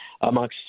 amongst